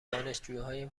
دانشجوهای